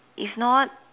if not